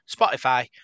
Spotify